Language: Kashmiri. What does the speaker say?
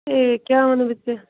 ہَے کیٛاہ ونے بہٕ ژےٚ